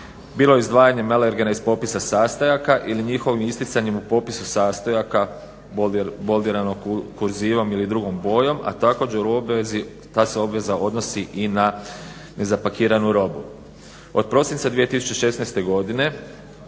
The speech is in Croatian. bilo izdvajanjem alergena iz popisa sastojaka ili njihovim isticanjem u popisu sastojaka boldiranog kurzivom ili drugom bojom, a također u obvezi, ta se obveza odnosi i na nezapakiranu robu.